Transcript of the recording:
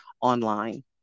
online